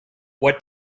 what